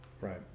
Right